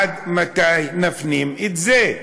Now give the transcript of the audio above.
מתי נפנים את זה?